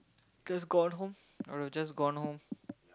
just gone home I would just gone home